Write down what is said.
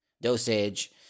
dosage